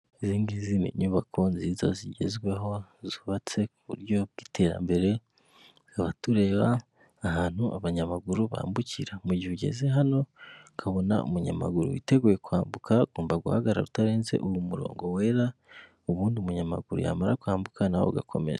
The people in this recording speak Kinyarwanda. izi nyubako nziza zigezweho zubatse ku buryo bw'iterambere batureba ahantu abanyamaguru bambukira mu gihe ugeze hano ukabona umunyamaguru witeguye kwambuka ugomba guhagarara utarenze uwo murongo wera ubundi umunyamaguru yamara kwambuka nawe ugakomeza.